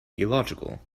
illogical